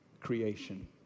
creation